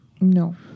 no